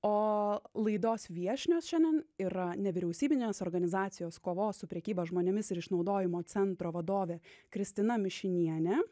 o laidos viešnios šiandien yra nevyriausybinės organizacijos kovos su prekyba žmonėmis ir išnaudojimo centro vadovė kristina mišinienė